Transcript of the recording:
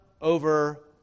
over